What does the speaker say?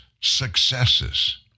successes